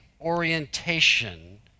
orientation